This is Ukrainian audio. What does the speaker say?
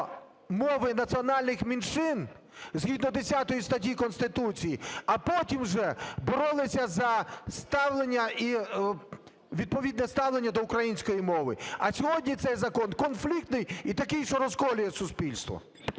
мови національних меншин згідно 10 статті Конституції, а потім вже боролися за ставлення і... відповідне ставлення до української мови. А сьогодні цей закон конфліктний і такий, що розколює суспільство.